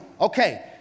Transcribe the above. Okay